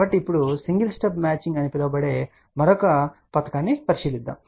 కాబట్టి ఇప్పుడు single stub matching అని పిలువబడే మరొక పథకాన్ని పరిశీలిస్తాము